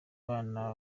abana